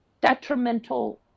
detrimental